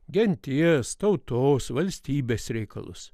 genties tautos valstybės reikalus